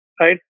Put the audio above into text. right